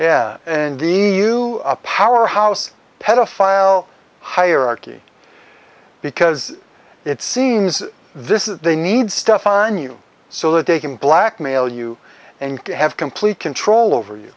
yeah indeed you a powerhouse pedophile hierarchy because it seems this is they need stuff on you so that they can blackmail you and have complete control over you